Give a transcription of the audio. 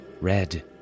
Red